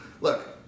look